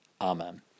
Amen